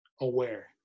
aware